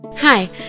Hi